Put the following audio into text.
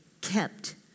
kept